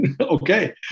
Okay